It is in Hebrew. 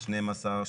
12,